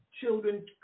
children